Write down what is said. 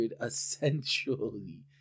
essentially